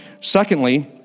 Secondly